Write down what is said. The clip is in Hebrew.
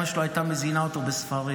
אימא שלו הייתה מזינה אותו בספרים.